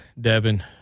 Devin